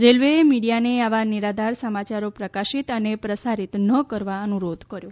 રેલવેએ મીડિયાને આવા નિરાધાર સમાચારો પ્રકાશિત અને પ્રસારિત ન કરવા અનુરોધ કર્યો